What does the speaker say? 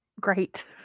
great